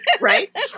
right